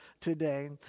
today